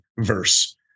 verse